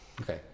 Okay